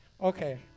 okay